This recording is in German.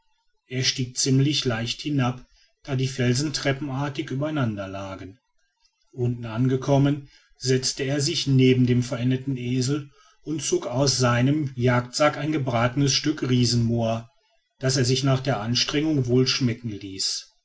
er stieg ziemlich leicht hinab da die felsen treppenartig übereinander lagen unten angekommen setzte er sich neben den verendeten esel und zog aus seinem jagdsack ein gebratenes stück riesenmoa das er sich nach der anstrengung wohlschmecken ließ